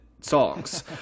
songs